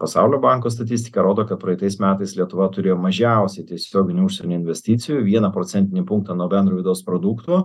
pasaulio banko statistika rodo kad praeitais metais lietuva turėjo mažiausiai tiesioginių užsienio investicijų vieną procentinį punktą nuo bendro vidaus produkto